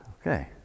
Okay